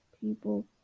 people